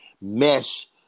mesh